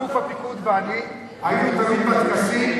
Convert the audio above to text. אלוף הפיקוד ואני היינו תמיד בטקסים